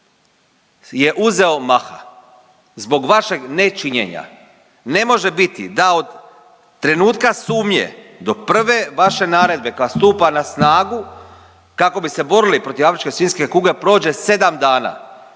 je uzeo maha zbog vašeg nečinjenja. Ne može biti da od trenutka sumnje do prve vaše naredbe kad stupa na snagu kako bi se borili protiv afričke svinjske kuge prođe sedam dana,